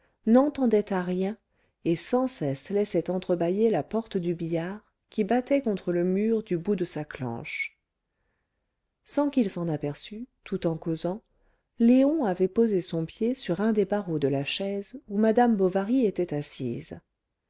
n'entendait à rien et sans cesse laissait entrebâillée la porte du billard qui battait contre le mur du bout de sa clenche sans qu'il s'en aperçût tout en causant léon avait posé son pied sur un des barreaux de la chaise où madame bovary était assise